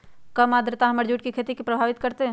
कम आद्रता हमर जुट के खेती के प्रभावित कारतै?